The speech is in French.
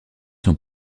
sont